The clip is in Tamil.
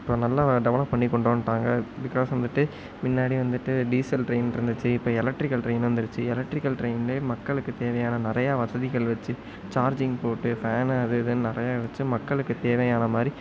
இப்போ நல்லா டெவலப் பண்ணி கொண்டு வந்துட்டாங்க பிக்காஸ் வந்துவிட்டு முன்னாடி வந்துவிட்டு டீசல் ட்ரெயின் இருந்துச்சு இப்போ எலக்ட்ரிக்கல் ட்ரெயின் வந்துடுச்சி எலக்ட்ரிக்கல் ட்ரெயின்லேயே மக்களுக்கு தேவையான நிறையா வசதிகள் வச்சு சார்ஜிங் போட்டு ஃபேனு அது இதுன்னு நிறையா வச்சு மக்களுக்கு தேவையான மாதிரி